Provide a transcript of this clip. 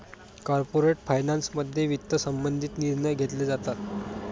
corporate फायनान्समध्ये वित्त संबंधित निर्णय घेतले जातात